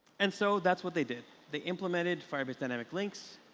and so that's what they did they implemented firebase dynamic links,